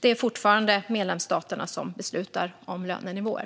Det är fortfarande medlemsstaterna som beslutar om lönenivåer.